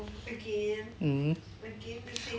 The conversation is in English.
mm